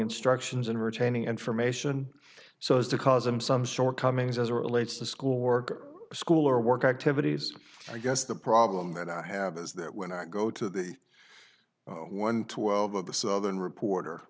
instructions and retaining information so as to cause him some sort cummings as relates to school work or school or work activities i guess the problem that i have is that when i go to the one twelve of the southern reporter